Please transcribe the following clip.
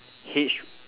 H